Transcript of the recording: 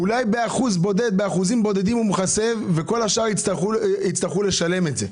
אולי באחוזים בודדים מכסה וכל השאר יצטרכו לשלם את זה.